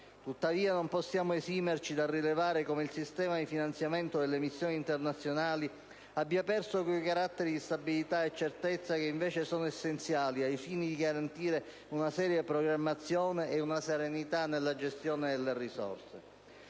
Tuttavia, non possiamo esimerci dal rilevare come il sistema di finanziamento delle missioni internazionali abbia perso quei caratteri di stabilità e certezza che invece sono essenziali ai fini di garantire una seria programmazione e una serenità nella gestione delle risorse.